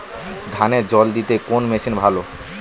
ধানে জল দিতে কোন মেশিন ভালো?